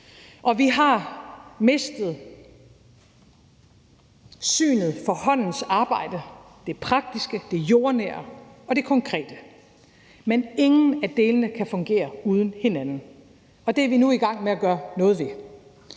Og vi har mistet synet for håndens arbejde, det praktiske, det jordnære og det konkrete. Men ingen af delene kan fungere uden hinanden, og det er vi nu i gang med at gøre noget ved.